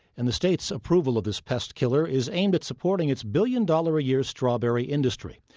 and the state's approval of this pest-killer is aimed at supporting its billion-dollar-a-year strawberry industry.